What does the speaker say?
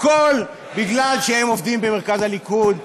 הכול בגלל שהם עובדים במרכז הליכוד,